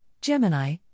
Gemini